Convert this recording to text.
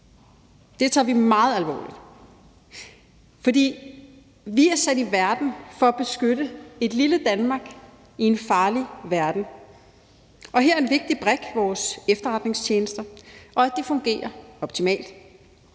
Det tager vi meget alvorligt. For vi er sat i verden for at beskytte et lille Danmark i en farlig verden, og her er en vigtig brik vores efterretningstjenester og det, at de fungerer optimalt.